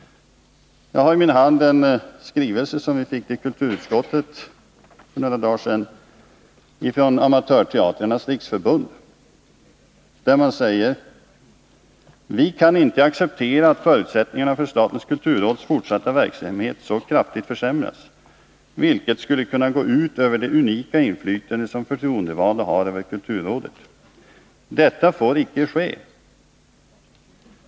Jag har i min hand en skrivelse som kulturutskottet fick för några dagar sedan från Amatörteaterns riksförbund. Man skriver där: ”Vi kan icke acceptera att förutsättningarna för Statens kulturråds fortsatta verksamhet så kraftigt försämras, vilket skulle kunna gå ut över det unika inflytande som förtroendevalda har utöver kulturrådet. DETTA FÅR ICKE SKE.